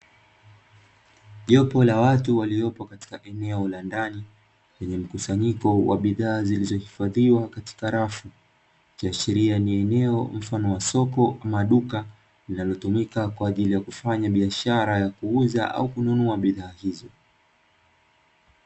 Jopo la watu waliopo katika eneo la ndani, lenye mkusanyiko wa bidhaa zilizohifadhiwa katika rafu, ikiashiria ni eneo mfano wa soko ama duka linalotumika kwa ajili ya kufanya biashara ya kuuza au kununua bidhaa hizo.